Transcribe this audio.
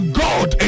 god